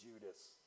Judas